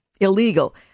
illegal